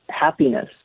happiness